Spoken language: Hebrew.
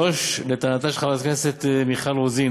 3. לטענתה של חברת הכנסת מיכל רוזין,